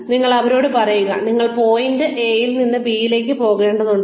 അതിനാൽ നിങ്ങൾ അവരോട് പറയുക നിങ്ങൾ പോയിന്റ് എയിൽ നിന്ന് ബിയിലേക്ക് പോകേണ്ടതുണ്ട്